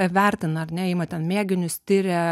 vertina ar ne ima ten mėginius tiria